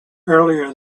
earlier